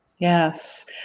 Yes